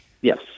Yes